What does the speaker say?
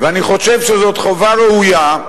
ואני חושב שזאת חובה ראויה,